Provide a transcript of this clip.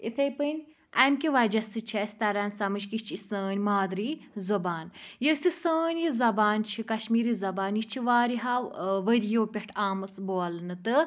یِتھٔے پٲٹھۍ اَمہِ کہِ وَجہ سۭتۍ چھِ اسہِ تَران سَمٕجھ کہِ یہِ چھِ سٲنۍ مادری زبان یۄس یہِ سٲنۍ یہِ زبان چھِ کشمیٖری زبان یہِ چھِ واریاہو ٲں ؤرۍ یو پٮ۪ٹھ آمٕژ بولنہٕ تہٕ